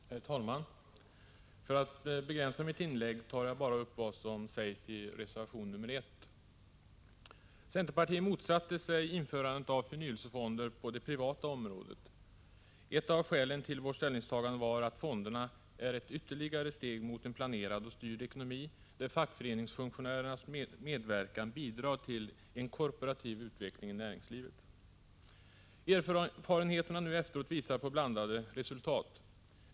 Herr talman! För att begränsa mitt inlägg tar jag bara upp vad som sägs i reservation nr 1. Centerpartiet motsatte sig införandet av förnyelsefonder på det privata området. Ett av skälen till vårt ställningstagande var att fonderna är ett ytterligare steg mot en planerad och styrd ekonomi, där fackföreningsfunktionärernas medverkan bidrar till en korporativ utveckling i näringslivet. Erfarenheterna nu efteråt visar på blandade resultat.